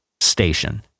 station